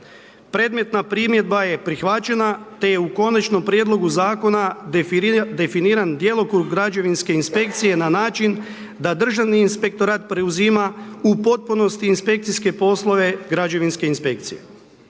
Predmetna primjedba je prihvaćena, te je u Konačnom prijedlogu Zakona, definiran djelokrug građevinske inspekcije na način da državni inspektorat preuzima u potpunosti inspekcijske poslove građevine inspekcije.